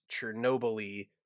chernobyl